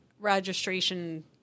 registration